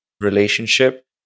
relationship